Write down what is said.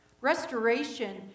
Restoration